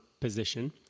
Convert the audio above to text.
position